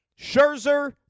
Scherzer